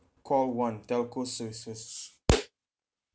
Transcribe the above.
call one telco services